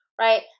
right